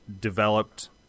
developed